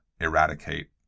eradicate